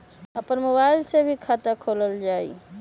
अपन मोबाइल से भी खाता खोल जताईं?